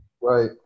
Right